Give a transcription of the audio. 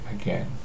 again